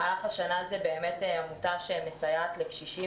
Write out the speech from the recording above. במהלך השנה זאת עמותה שמסייעת לקשישים